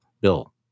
Bill